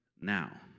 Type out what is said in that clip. Now